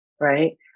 right